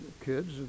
kids